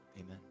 Amen